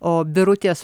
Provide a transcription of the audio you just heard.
o birutės